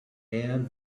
air